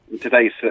today's